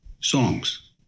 songs